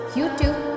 YouTube